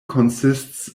consists